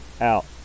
out